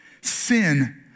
Sin